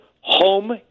home